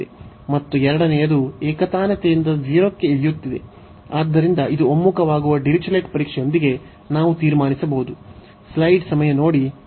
ಮತ್ತು ಎರಡನೆಯದು ಏಕತಾನತೆಯಿಂದ 0 ಕ್ಕೆ ಇಳಿಯುತ್ತಿದೆ ಆದ್ದರಿಂದ ಇದು ಒಮ್ಮುಖವಾಗುವ ಡಿರಿಚ್ಲೆಟ್ ಪರೀಕ್ಷೆಯೊಂದಿಗೆ ನಾವು ತೀರ್ಮಾನಿಸಬಹುದು